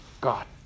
God